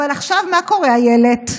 אבל עכשיו מה קורה, אילת?